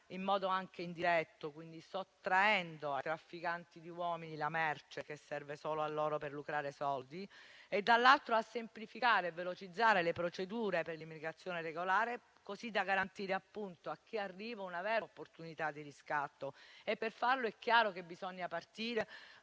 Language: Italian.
in modo anche indiretto, e quindi sottraendo ai trafficanti di uomini la merce che serve loro solo per lucrare soldi, e - dall'altro - a semplificare e velocizzare le procedure per l'immigrazione regolare, così da garantire a chi arriva una vera opportunità di riscatto. Per farlo bisogna chiaramente partire